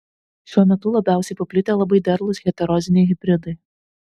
šiuo metu labiausiai paplitę labai derlūs heteroziniai hibridai